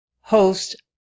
host